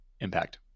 impact